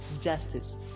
justice